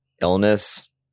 illness